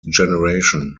generation